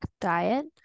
diet